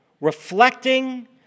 reflecting